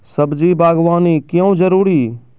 सब्जी बागवानी क्यो जरूरी?